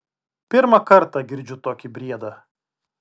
pirmą kartą girdžiu tokį briedą